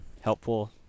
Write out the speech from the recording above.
helpful